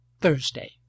Thursday